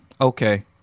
Okay